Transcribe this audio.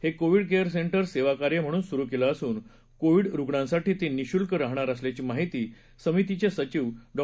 हे covid care centre सेवाकार्य म्हणून सुरू केलं असून कोविड रुग्णांसाठी ते निशुल्क राहणार असल्याची माहिती समितीचे सचिव डॉ